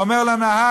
ואומר לה הנהג: